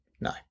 No